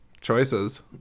Choices